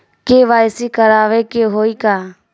KYC करावे के होई का?